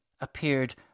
appeared